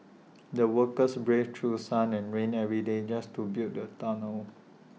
the workers braved through sun and rain every day just to build the tunnel